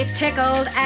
tickled